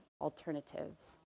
alternatives